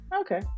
Okay